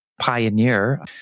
pioneer